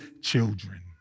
children